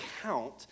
count